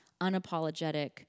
unapologetic